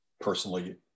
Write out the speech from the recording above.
personally